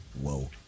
Whoa